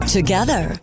Together